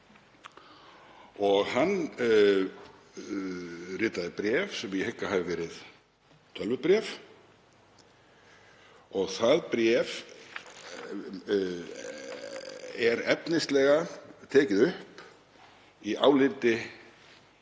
og hann ritaði bréf, sem ég hygg að hafi verið tölvubréf, og það er efnislega tekið upp í áliti